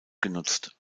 genutzt